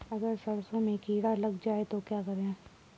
अगर सरसों में कीड़ा लग जाए तो क्या करें?